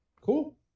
cool